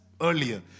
earlier